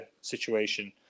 situation